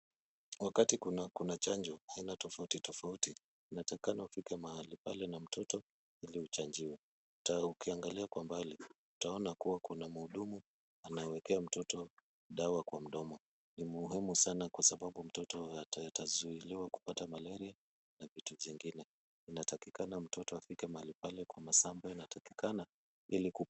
Wakati kuna chanjo ya aina tofauti tofauti inatakikana ufike mahali pale na mtoto ili uchanjiwe. Ukiangalia kwa mbali utaona kuwa kuna mhudumu anayewekea mtoto dawa kwa mdomo. Ni muhimu sana kwa sababu mtoto atazuiliwa kupata malaria na vitu jingine. Inatakikana mtoto afike mahali pale kwa masaa ambayo yanatakikana ili kuchanjwa.